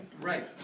Right